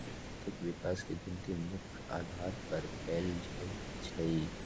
आर्थिक विकास के गिनती मुख्य अधार पर कएल जाइ छइ